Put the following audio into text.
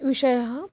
विषयः